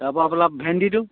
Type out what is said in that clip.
তাৰপৰা হ'বলা ভেন্দিটো